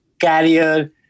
carrier